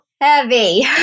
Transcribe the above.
heavy